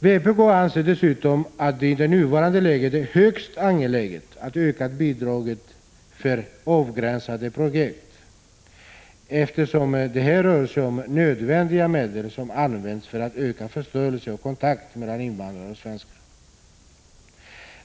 Vpk anser dessutom att det i nuvarande läge är högst angeläget att öka bidraget för avgränsade projekt, eftersom det här rör sig om nödvändiga medel som används för att öka förståelse och kontakt mellan invandrare och svenskar.